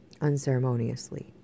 unceremoniously